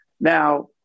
Now